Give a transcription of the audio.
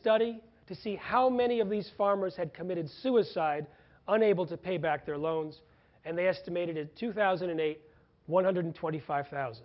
study to see how many of these farmers had committed suicide unable to pay back their loans and they estimated two thousand and eight one hundred twenty five thousand